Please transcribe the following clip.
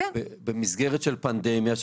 במסגרת של פנדמיה,